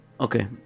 Okay